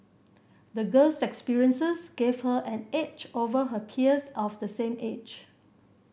the girl's experiences gave her an edge over her peers of the same age